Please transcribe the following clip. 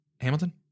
Hamilton